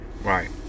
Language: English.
Right